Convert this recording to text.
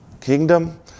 kingdom